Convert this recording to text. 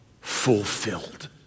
fulfilled